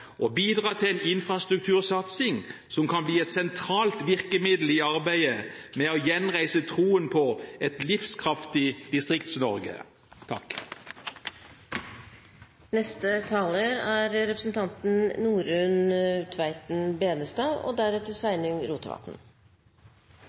bidra til infrastruktursatsing som kan bli et sentralt virkemiddel i arbeidet med å gjenreise troen på et livskraftig Distrikts-Norge. Statsminister Solberg er